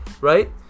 right